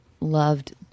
loved